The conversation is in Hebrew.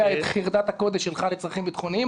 את חרדת הקודש שלך לצרכים ביטחוניים,